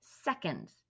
seconds